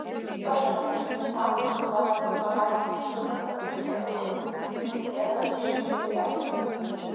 pašalinis tam tikru momentu pataikęs užsukti pas alchemikus nustėrdavo išvydęs reginį